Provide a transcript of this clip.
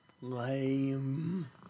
lame